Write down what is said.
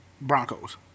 Broncos